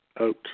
out